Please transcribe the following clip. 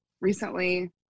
recently